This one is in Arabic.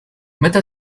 متى